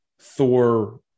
Thor